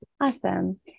Awesome